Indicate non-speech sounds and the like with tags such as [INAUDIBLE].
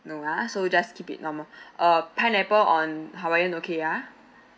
no ah so just keep it normal [BREATH] uh pineapple on hawaiian okay ah